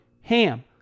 HAM